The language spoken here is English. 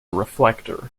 reflector